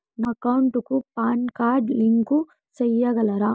నా అకౌంట్ కు PAN card link సేయగలరా?